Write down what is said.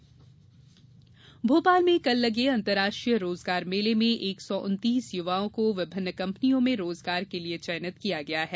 रोजगार मेला भोपाल में कल लगे अंतर्राष्ट्रीय रोजगार मेले में एक सौ उन्तीस युवाओं का विभिन्न कंपनियों में रोजगार के लिये चयनित किया गया है